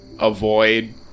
avoid